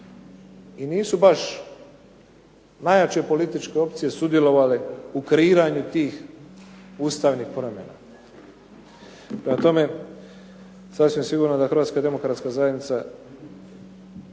i nisu baš najjače političke opcije sudjelovale u kreiranju tih ustavnih promjena. Prema tome, sasvim sigurno da Hrvatska demokratska zajednica